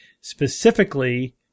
specifically